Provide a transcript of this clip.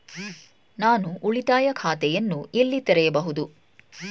ನಾನು ಉಳಿತಾಯ ಖಾತೆಯನ್ನು ಎಲ್ಲಿ ತೆರೆಯಬಹುದು?